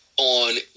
on